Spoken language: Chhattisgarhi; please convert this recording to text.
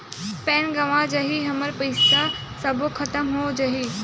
पैन गंवा जाही हमर पईसा सबो खतम हो जाही?